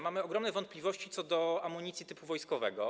Mamy ogromne wątpliwości co do amunicji typu wojskowego.